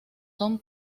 son